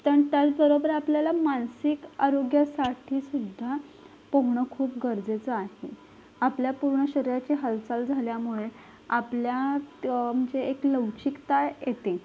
तर त्याचबरोबर आपल्याला मानसिक आरोग्यासाठीसुद्धा पोहणं खूप गरजेचं आहे आपल्या पूर्ण शरीराची हालचाल झाल्यामुळे आपल्यात म्हणजे एक लवचिकता येते